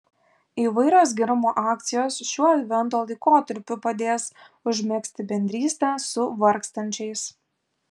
įvairios gerumo akcijos šiuo advento laikotarpiu padės užmegzti bendrystę su vargstančiais